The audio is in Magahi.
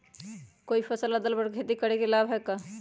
कोई फसल अदल बदल कर के खेती करे से लाभ है का?